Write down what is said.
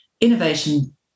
Innovation